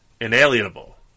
inalienable